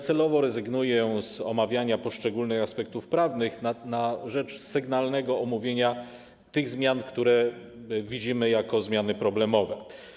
Celowo rezygnuję z omawiania poszczególnych aspektów prawnych na rzecz sygnalnego omówienia tych zmian, które widzimy jako zmiany problemowe.